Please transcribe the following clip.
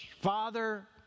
Father